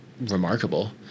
remarkable